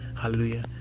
hallelujah